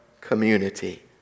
community